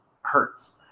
hurts